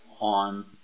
on